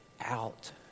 out